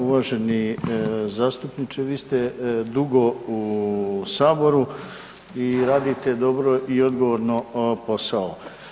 Uvaženi zastupničke vi ste dugo u saboru i radite dobro i odgovorno posao.